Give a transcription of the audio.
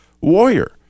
warrior